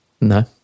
No